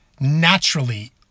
naturally